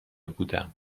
بودم